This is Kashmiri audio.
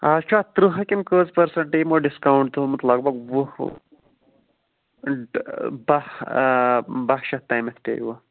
آز چھُ اَتھ ترٛہ کِنہٕ کٔژ پٔرسَنٛٹ یِمَو ڈِسکاونٹ تھومُت لگ بگ وُہ بہہ شیٚتھ تامَتھ پیٚیِوٕ